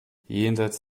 jenseits